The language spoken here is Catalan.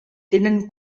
tenen